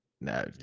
No